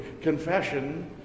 confession